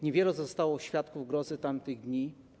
Niewielu zostało świadków grozy tamtych dni.